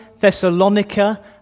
Thessalonica